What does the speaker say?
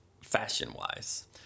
fashion-wise